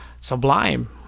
Sublime